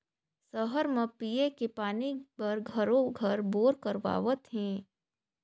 सहर म पिये के पानी बर घरों घर बोर करवावत हें